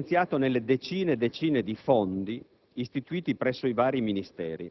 nelle sue varie articolazioni, è evidenziato nelle decine e decine di fondi istituiti presso i vari Ministeri,